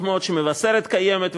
טוב מאוד שמבשרת קיימת,